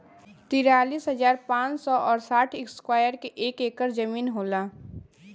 तिरालिस हजार पांच सौ और साठ इस्क्वायर के एक ऐकर जमीन होला